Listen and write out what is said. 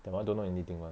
that [one] don't know anything [one]